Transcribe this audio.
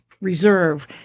reserve